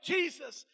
Jesus